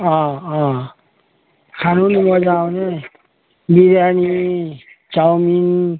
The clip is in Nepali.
अँ अँ खानु नि मज्जा आउने बिरयानी चौमिन